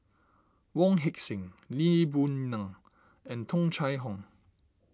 Wong Heck Sing Lee Boon Ngan and Tung Chye Hong